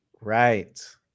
Right